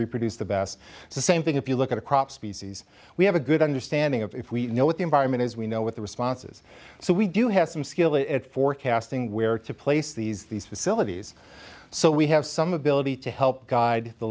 reproduce the best the same thing if you look at a crop species we have a good understanding of if we know what the environment is we know what the responses so we do have some skilled at forecasting where to place these these facilities so we have some ability to help guide the